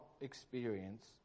experience